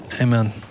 amen